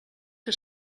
que